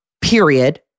period